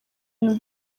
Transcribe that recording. ibintu